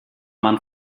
man